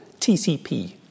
TCP